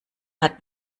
hat